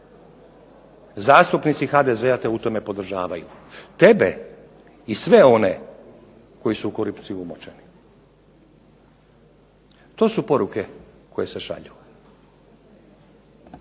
Zastupnici HDZ-a te u tome podržavaju, tebe i sve one koji su u korupciju umočeni. To su poruke koje se šalju.